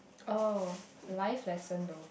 oh life lesson though